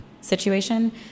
situation